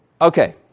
Okay